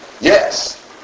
Yes